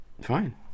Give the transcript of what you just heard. Fine